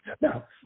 Now